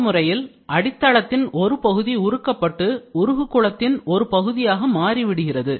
இந்த முறையில் அடித்தளத்தின் ஒரு பகுதி உருக்கப்பட்டு உருகு குளத்தின் ஒரு பகுதியாக மாறி விடுகிறது